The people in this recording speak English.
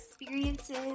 experiences